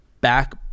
back